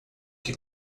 que